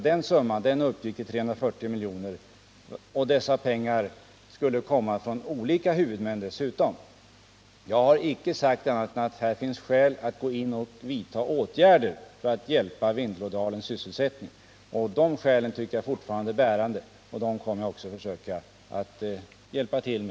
Dessutom skulle dessa pengar komma från olika huvudmän. Jag har inte sagt annat än att det finns skäl att vidta åtgärder för att hjälpa upp sysselsättningen i Vindelådalen. De skälen anser jag fortfarande vara bärande.